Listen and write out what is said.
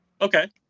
Okay